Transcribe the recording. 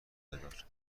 بدار